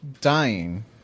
dying